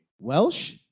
Welsh